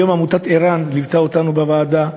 היום עמותת ער"ן ליוותה אותנו בוועדה.